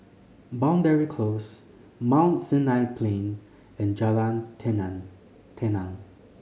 Boundary Close Mount Sinai Plain and Jalan Tenang